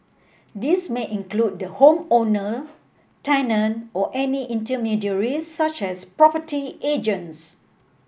this may include the home owner tenant or any intermediaries such as property agents